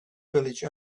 village